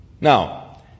Now